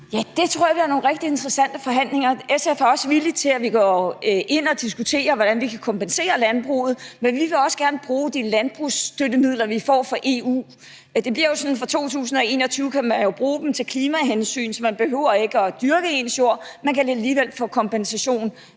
det tror jeg bliver nogle rigtig interessante forhandlinger. SF er også villig til, at vi går ind og diskuterer, hvordan vi kan kompensere landbruget, men vi vil også gerne bruge de landbrugsstøttemidler, vi får fra EU. Det bliver jo sådan, at man fra 2021 kan bruge dem til klimahensyn, så man ikke behøver at dyrke ens jord; man kan alligevel få kompensation